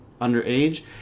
underage